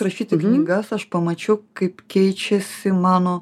rašyti knygas aš pamačiau kaip keičiasi mano